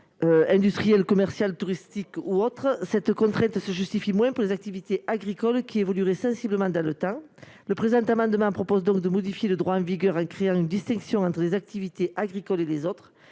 industrielles, commerciales ou touristiques, elle se justifie moins pour les activités agricoles qui évoluent sensiblement dans le temps. Le présent amendement vise donc à modifier le droit en vigueur en créant une distinction entre les activités agricoles et les autres.